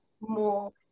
more